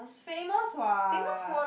but mine is not famous famous what